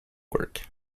work